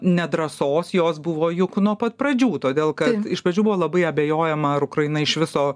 nedrąsos jos buvo juk nuo pat pradžių todėl kad iš pradžių buvo labai abejojama ar ukraina iš viso